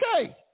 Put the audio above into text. Okay